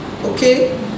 okay